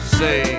say